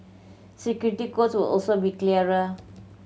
security codes will also be clearer